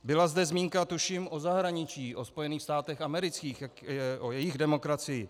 Byla zde zmínka tuším o zahraničí, o Spojených státech amerických, o jejich demokracii.